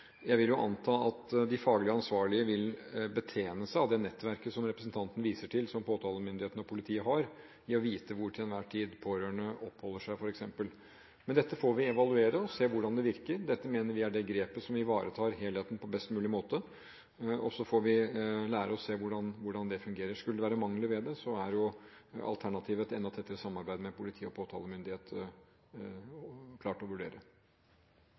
Jeg vil anta at de faglig ansvarlige vil betjene seg av det nettverket som representanten viser til, som påtalemyndigheten og politiet har, for f.eks. å vite hvor pårørende til enhver tid oppholder seg. Men dette får vi evaluere og se hvordan det virker. Dette mener vi er det grepet som ivaretar helheten på best mulig måte, og så får vi lære og se hvordan det fungerer. Skulle det være mangler ved det, er alternativet med et enda tettere samarbeid med politi og påtalemyndighet klart å vurdere.